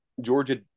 Georgia